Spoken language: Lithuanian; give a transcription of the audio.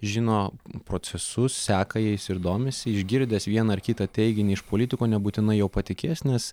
žino procesus seka jais ir domisi išgirdęs vieną ar kitą teiginį iš politiko nebūtinai juo patikės nes